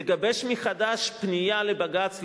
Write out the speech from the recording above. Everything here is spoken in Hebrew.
לגבש מחדש פנייה לבג"ץ,